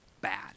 bad